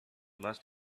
must